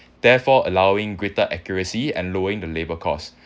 therefore allowing greater accuracy and lowering the labour cost